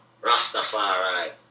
Rastafari